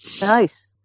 Nice